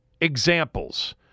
examples